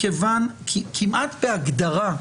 כמעט בהגדרה,